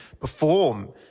perform